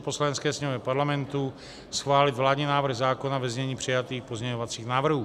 Poslanecké sněmovně Parlamentu schválit vládní návrh zákona ve znění přijatých pozměňovacích návrhů.